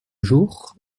jour